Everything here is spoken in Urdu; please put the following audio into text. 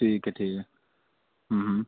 ٹھیک ہے ٹھیک ہے